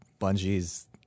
Bungie's